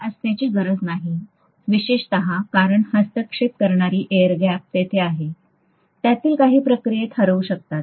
हे असण्याची गरज नाही विशेषत कारण हस्तक्षेप करणारी एअर गॅप तेथे आहे त्यातील काही प्रक्रियेत हरवू शकतात